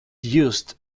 used